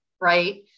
right